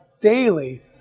daily